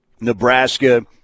Nebraska